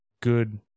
good